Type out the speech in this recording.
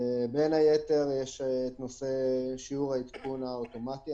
בין היתר יש נושא שיעור העדכון האוטומטי,